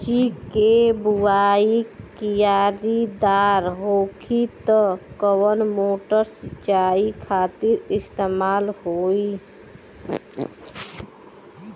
सब्जी के बोवाई क्यारी दार होखि त कवन मोटर सिंचाई खातिर इस्तेमाल होई?